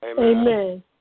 Amen